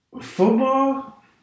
football